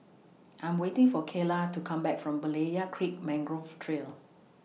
I'm waiting For Kaela to Come Back from Berlayer Creek Mangrove Trail